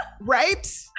right